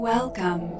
Welcome